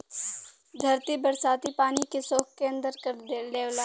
धरती बरसाती पानी के सोख के अंदर कर लेवला